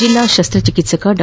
ಜಿಲ್ಲಾ ಶಸ್ತ್ರಚಿಕಿತ್ಸಕ ಡಾ